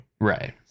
Right